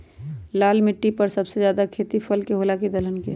लाल मिट्टी पर सबसे ज्यादा खेती फल के होला की दलहन के?